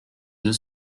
deux